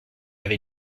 avec